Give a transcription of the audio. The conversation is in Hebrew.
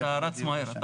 מתן אתה רץ מהר.